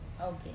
Okay